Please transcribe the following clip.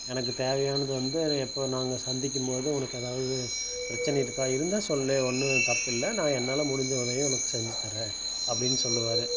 எனக்கு தேவையானது வந்து என எப்போ நாங்கள் சந்திக்கும்போது உனக்கு ஏதாவது பிரச்சினை இருக்கா இருந்தால் சொல்லு ஒன்றும் தப்பில்லை நா என்னால் முடிஞ்ச உதவியை உனக்கு செஞ்சுத்தரேன் அப்படின்னு சொல்லுவார்